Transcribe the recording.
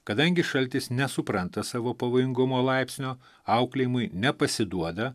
kadangi šaltis nesupranta savo pavojingumo laipsnio auklėjimui nepasiduoda